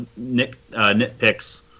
nitpicks